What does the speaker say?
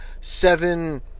seven